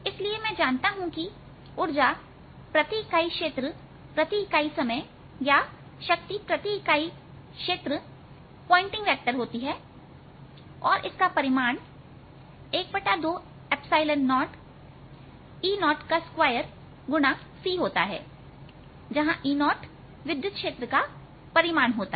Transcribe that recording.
इसलिए मैं जानता हूं कि उर्जा प्रति इकाई क्षेत्र प्रति इकाई समय या शक्ति प्रति इकाई क्षेत्र पॉइंटिंग वेक्टर होती है और इसका परिमाण120E02c होता है जहां E0 विद्युत क्षेत्र का परिमाण होता है